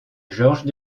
georges